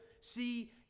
see